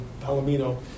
palomino